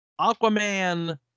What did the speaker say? Aquaman